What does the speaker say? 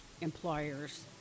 employers